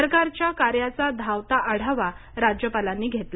सरकारच्या कार्याचा धावता आढावा राज्यपालांनी घेतला